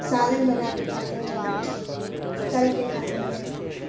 سالن بنا کے کھاتے ہیں تل کے کھاتے ہیں